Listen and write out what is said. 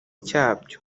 cyabyo